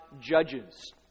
judges